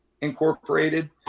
incorporated